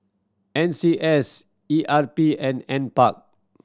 N C S E R P and Nparks